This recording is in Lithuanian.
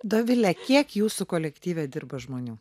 dovile kiek jūsų kolektyve dirba žmonių